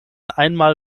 einmal